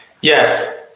Yes